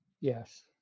Yes